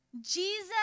Jesus